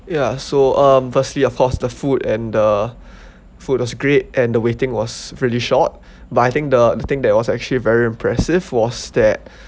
ya so um firstly of course the food and the food was great and the waiting was pretty short but I think the the thing that was actually very impressive was that